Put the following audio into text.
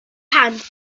hand